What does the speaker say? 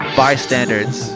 bystanders